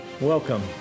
Welcome